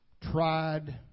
tried